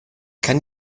kann